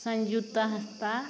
ᱥᱚᱧᱡᱩᱠᱛᱟ ᱦᱟᱸᱥᱫᱟ